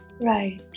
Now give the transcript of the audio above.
Right